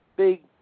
Big